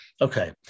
Okay